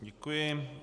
Děkuji.